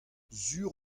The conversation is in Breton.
sur